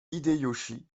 hideyoshi